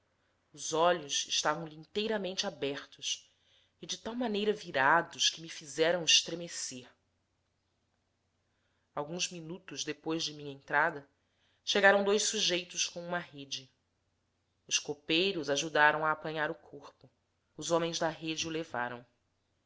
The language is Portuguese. os olhos estavam lhe inteiramente abertos e de tal maneira virados que me fizeram estremecer alguns minutos depois de minha entrada chegaram dois sujeitos com uma rede os copeiros ajudaram a apanhar o corpo os homens da rede o levaram